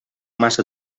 massa